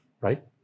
right